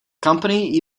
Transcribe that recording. company